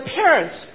parents